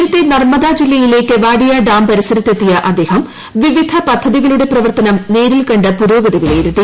നേരത്തെ നർമ്മദാ ജില്ലയിലെ കേവാഡിയ ഡാം പരിസരത്ത് എത്തിയു അദ്ദേഹം വിവിധ പദ്ധതികളുടെ പ്രവർത്തനം നേരിൽ ക ് പുരോഗിതി വിലയിരുത്തി